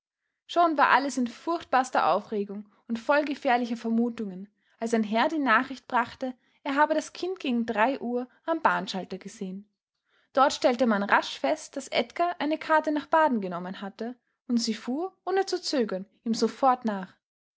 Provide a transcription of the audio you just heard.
schon war alles in furchtbarster aufregung und voll gefährlicher vermutungen als ein herr die nachricht brachte er habe das kind gegen drei uhr am bahnschalter gesehen dort stellte man rasch fest daß edgar eine karte nach baden genommen hatte und sie fuhr ohne zu zögern ihm sofort nach